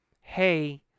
hey